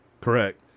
Correct